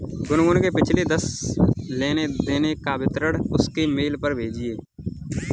गुनगुन के पिछले दस लेनदेन का विवरण उसके मेल पर भेजिये